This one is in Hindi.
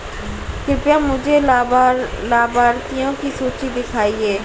कृपया मुझे लाभार्थियों की सूची दिखाइए